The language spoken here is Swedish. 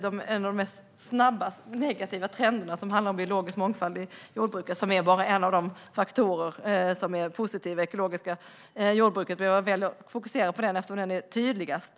En av de snabbaste negativa trenderna gäller biologisk mångfald i jordbruket, och det är bara en av de faktorer som är positiva i det ekologiska jordbruket. Jag väljer att fokusera på den eftersom den är tydligast.